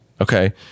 Okay